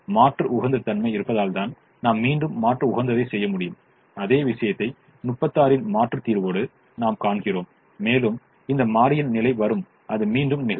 மாற்று உகந்த தன்மை இருப்பதால்தான் நாம் மீண்டும் மாற்று உகந்ததைச் செய்ய முடியும் அதே விஷயத்தை 36 இன் மாற்றுத் தீர்வோடு நாம் காண்கிறோம் மேலும் இந்த மாறியின் நிலை வரும் அது மீண்டும் நிகழும்